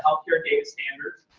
healthcare data standards.